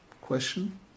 Question